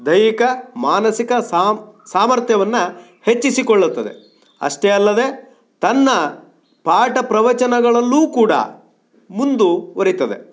ದೈಹಿಕ ಮಾನಸಿಕ ಸಾಮ ಸಾಮರ್ಥ್ಯವನ್ನ ಹೆಚ್ಚಿಸಿಕೊಳ್ಳುತ್ತದೆ ಅಷ್ಟೇ ಅಲ್ಲದೆ ತನ್ನ ಪಾಠ ಪ್ರವಚನಗಳಲ್ಲೂ ಕೂಡ ಮುಂದುವರೀತದೆ